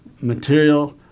material